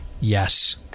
Yes